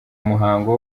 umuhango